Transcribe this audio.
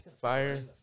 Fire